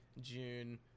June